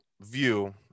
view